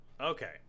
Okay